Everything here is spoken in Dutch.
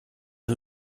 een